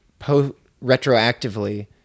retroactively